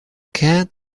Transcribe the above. cat